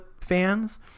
fans